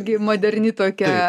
gi moderni tokia